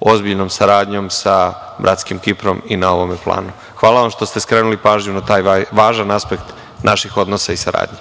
ozbiljnom saradnjom sa bratskim Kiprom i na ovom planu. Hvala vam što ste skrenuli pažnju i na taj važan aspekt naših odnosa i saradnje.